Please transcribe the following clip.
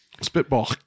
spitball